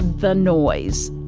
the noise,